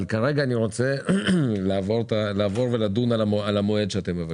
כרגע אני רוצה לדון במועד שאתם מבקשים.